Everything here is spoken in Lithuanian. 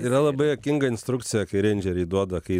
yra labai juokinga instrukcija kai reindžeriai duoda kai